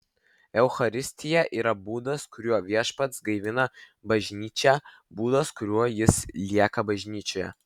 eucharistija yra būdas kuriuo viešpats gaivina bažnyčią būdas kuriuo jis lieka bažnyčioje